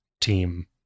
Team